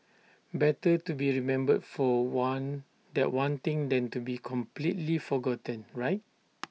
better to be remembered for one that one thing than to be completely forgotten right